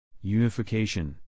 Unification